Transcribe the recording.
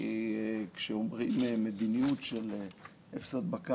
כשאומרים "מדיניות של אפס הדבקה",